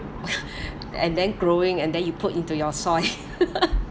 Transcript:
and then growing and then you put into your soil